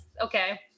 Okay